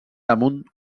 damunt